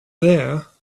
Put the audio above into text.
there